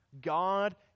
God